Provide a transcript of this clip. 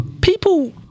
People